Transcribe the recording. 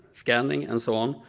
scanning and so on,